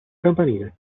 campanile